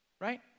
right